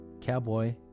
Cowboy